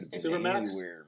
Supermax